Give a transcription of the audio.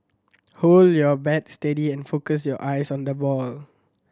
hold your bat steady and focus your eyes on the ball